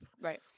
Right